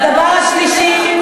שיקום שכונות אתם, ודבר שלישי,